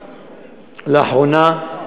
לאחרונה.